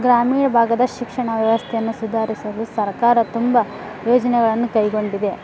ಗ್ರಾಮೀಣ ಭಾಗದ ಶಿಕ್ಷಣ ವ್ಯವಸ್ಥೆಯನ್ನು ಸುಧಾರಿಸಲು ಸರ್ಕಾರ ತುಂಬ ಯೋಜನೆಗಳನ್ನು ಕೈಗೊಂಡಿದೆ